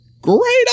Great